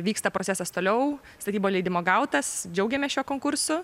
vyksta procesas toliau statybos leidimas gautas džiaugiamės šiuo konkursu